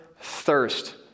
thirst